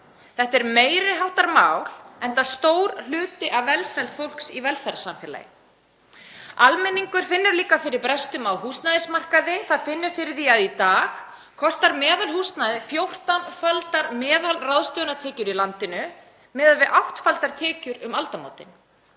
Þetta er meiri háttar mál, enda stór hluti af velsæld fólks í velferðarsamfélagi. Almenningur finnur líka fyrir brestum á húsnæðismarkaði. Hann finnur fyrir því að í dag kostar meðalhúsnæði fjórtánfaldar meðalráðstöfunartekjur í landinu miðað við áttfaldar tekjur um aldamótin.